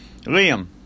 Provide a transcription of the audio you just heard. liam